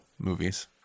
movies